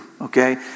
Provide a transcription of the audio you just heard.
okay